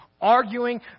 arguing